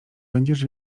będziesz